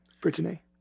Brittany